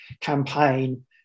campaign